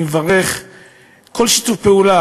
אני מברך על כל שיתוף פעולה,